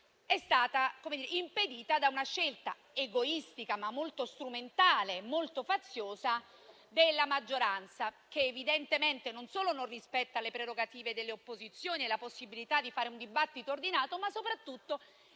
è stata impedita da una scelta egoistica, strumentale e faziosa della maggioranza, che non solo non rispetta le prerogative delle opposizioni e la possibilità di fare un dibattito ordinato, ma soprattutto